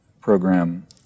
program